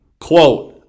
quote